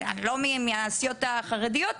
לא מהסיעות החרדיות,